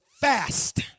fast